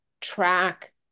track